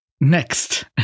Next